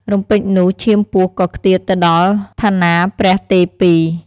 រំពេចនោះ ឈាមពស់ក៏ខ្ទាតទៅដល់ថនាព្រះទេពី។